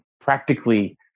practically